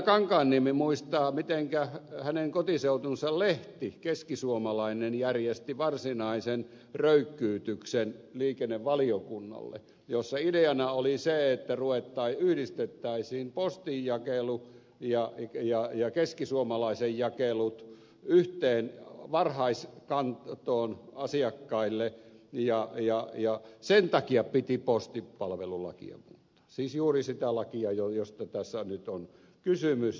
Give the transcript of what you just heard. kankaanniemi muistaa mitenkä hänen kotiseutunsa lehti keskisuomalainen järjesti varsinaisen röykkyytyksen liikennevaliokunnalle jossa ideana oli se että yhdistettäisiin postinjakelu ja keskisuomalaisen jakelut yhteen varhaiskantoon asiakkaille ja sen takia piti postipalvelulakia muuttaa siis juuri sitä lakia josta tässä nyt on kysymys